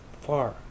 far